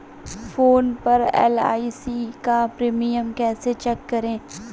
Phone पर LIC का premium कैसे चेक करें?